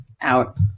out